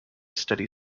steady